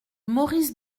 maurice